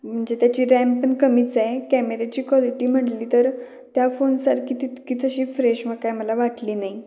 म्हणजे त्याची रॅम पण कमीच आहे कॅमेऱ्याची क्वालिटी म्हटली तर त्या फोनसारखी तितकी तशी फ्रेश मग काय मला वाटली नाही